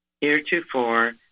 Heretofore